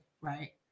right